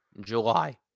July